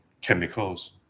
chemicals